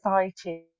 excited